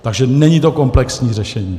Takže není to komplexní řešení.